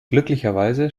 glücklicherweise